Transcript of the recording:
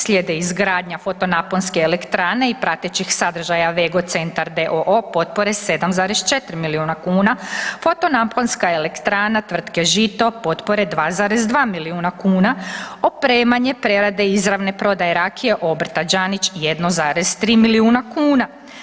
Slijede izgradnja fotonaponske elektrane i pratećih sadržaja Vego centar d.o.o. potpore 7,4 milijuna kuna, fotonaponska elektrana tvrtke Žito potpore 2,2 milijuna kuna, opremanje prerade i izravne prodaje rakije obrta Đanić 1,3 milijuna kuna.